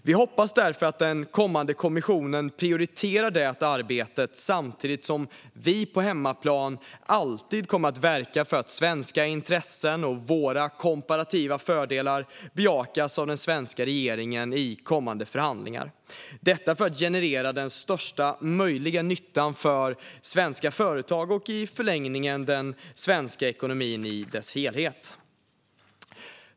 Vi hoppas därför att den kommande kommissionen prioriterar det arbetet samtidigt som vi på hemmaplan alltid kommer att verka för att svenska intressen och våra komparativa fördelar bejakas av den svenska regeringen i kommande förhandlingar. Syftet är att generera den största möjliga nyttan för svenska företag och i förlängningen den svenska ekonomin i dess helhet.